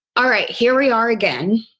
all right, here we are again.